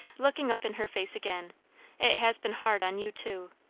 looking up in her face again it has been hard on you too.